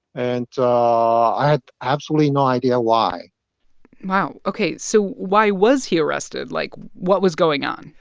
and i had absolutely no idea why wow. ok. so why was he arrested? like, what was going on?